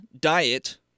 diet